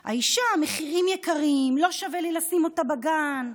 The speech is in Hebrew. האישה: המחירים יקרים, לא שווה לי לשים אותה בגן.